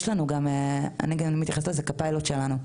יש לנו דבר נוסף שאני מתייחסת אליו כפיילוט שלנו.